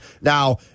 Now